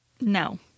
No